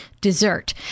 dessert